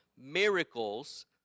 miracles